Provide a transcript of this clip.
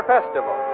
Festival